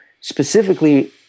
specifically